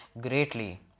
greatly